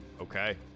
Okay